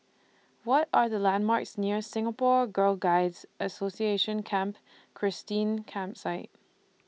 What Are The landmarks near Singapore Girl Guides Association Camp Christine Campsite